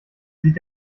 sieht